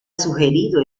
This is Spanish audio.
sugerido